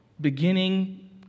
beginning